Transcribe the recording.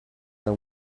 they